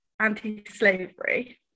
anti-slavery